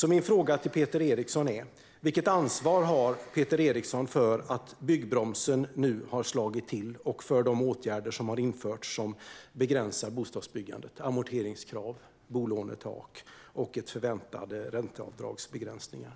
Min fråga är: Vilket ansvar har Peter Eriksson för att byggbromsen nu har slagit till och för de åtgärder som nu har vidtagits och som begränsar bostadsbyggandet - amorteringskrav och bolånetak - och för förväntade begränsningar av ränteavdragen?